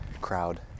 crowd